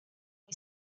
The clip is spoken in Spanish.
muy